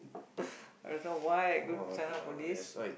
I don't know why I gonna sign up for this